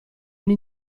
ogni